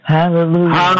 Hallelujah